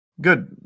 Good